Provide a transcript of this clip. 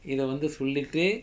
இதவந்து சொல்லிட்டு:ithavanthu sollitu